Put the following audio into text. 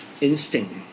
instinct